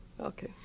Okay